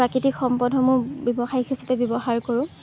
প্ৰাকৃতিক সম্পদসমূহ ব্যৱসায়িক হিচাপে ব্যৱহাৰ কৰোঁ